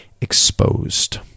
exposed